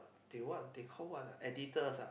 they what they call what ah editors ah